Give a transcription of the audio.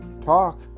talk